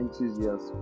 enthusiast